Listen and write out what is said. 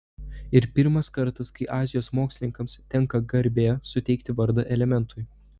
ir pirmas kartas kai azijos mokslininkams tenka garbė suteikti vardą elementui